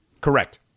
Correct